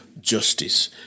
justice